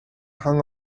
hung